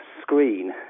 screen